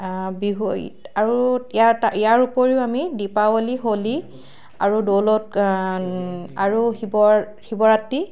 বিহু আৰু ইয়াত ইয়াৰ উপৰিও আমি দিপাৱলী হোলী আৰু দ'লত আৰু শিৱৰ শিৱৰাত্ৰি